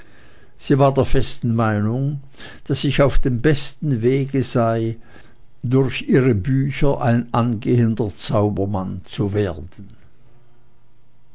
sie war der festen meinung daß ich auf dem besten wege gewesen sei durch ihre bücher ein angehender zaubermann zu werden